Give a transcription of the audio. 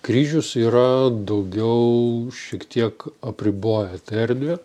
kryžius yra daugiau šiek tiek apriboja tą erdvę